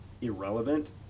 irrelevant